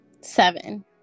seven